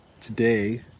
today